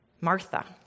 Martha